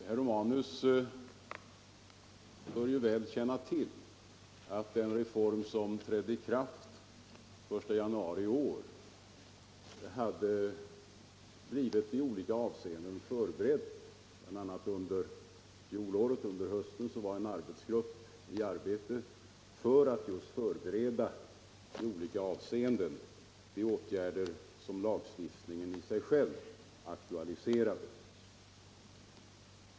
Herr talman! Herr Romanus bör väl känna till att den reform som trädde i kraft den 1 januari i år förbereddes noga. Bl. a. arbetade en arbetsgrupp under hösten förra året med att i olika avseenden förbereda de åtgärder som lagstiftningen aktualiserade.